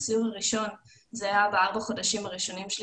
הסיור הראשון היה בארבעת החודשים הראשונים שלי